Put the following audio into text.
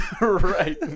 Right